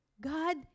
God